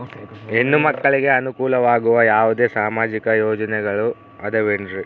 ಹೆಣ್ಣು ಮಕ್ಕಳಿಗೆ ಅನುಕೂಲವಾಗುವ ಯಾವುದೇ ಸಾಮಾಜಿಕ ಯೋಜನೆಗಳು ಅದವೇನ್ರಿ?